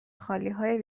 خالیهای